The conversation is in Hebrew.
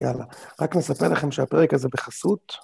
יאללה, רק נספר לכם שהפרק הזה בחסות.